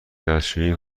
دستشویی